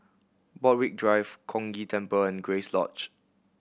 Borthwick Drive Chong Ghee Temple and Grace Lodge